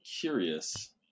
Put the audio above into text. curious